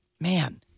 man